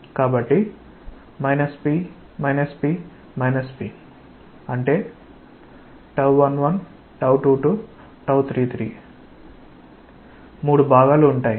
కాబట్టి p p p అంటే 112233మూడు భాగాలు ఉంటాయి